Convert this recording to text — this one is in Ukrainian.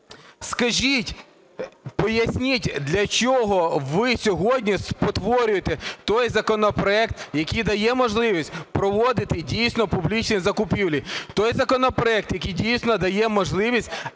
Скажіть, поясніть, для чого ви сьогодні спотворюєте той законопроект, який дає можливість проводити дійсно публічні закупівлі, той законопроект, який дійсно дає можливість